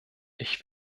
ich